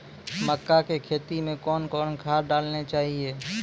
मक्का के खेती मे कौन कौन खाद डालने चाहिए?